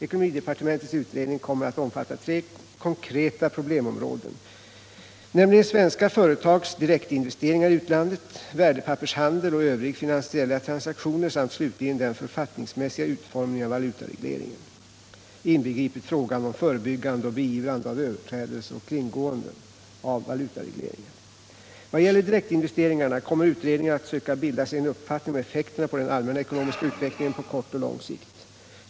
Ekonomidepartementets utredning kommer att omfatta tre konkreta problemområden, nämligen svenska företags direktinvesteringar i utlandet, värdepappershandel och övriga finansiella transaktioner samt slutligen den författningsmässiga utformningen av valutaregleringen, inbegripet frågan om förebyggande och beivrande av överträdelser och kringgående av valutaregleringen. Vad gäller direktinvesteringarna kommer utredningen att söka bilda sig en uppfattning om effekterna på den allmänna ekonomiska utvecklingen på kort och på lång sikt.